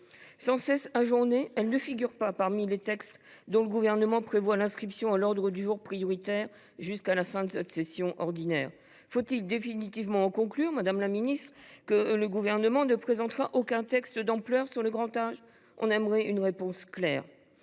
Sans cesse ajournée, elle ne figure pas parmi les textes dont le Gouvernement prévoit l’inscription à l’ordre du jour prioritaire jusqu’à la fin de la session ordinaire. Faut il définitivement en conclure, madame la ministre, que ce gouvernement ne présentera aucun texte d’ampleur sur le grand âge ? Nous attendons une réponse claire.